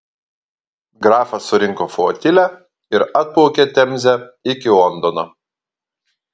grafas surinko flotilę ir atplaukė temze iki londono